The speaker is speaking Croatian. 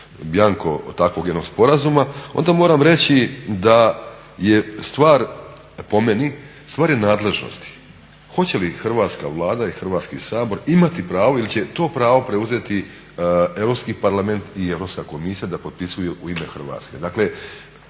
bjanko takvog jednog sporazuma, onda moram reći da je stvar po meni stvar je nadležnosti, hoće li hrvatska Vlada i Hrvatski sabor imati pravo ili će to pravo preuzeti Europski parlament i Europska komisija da potpisuju u ime Hrvatske?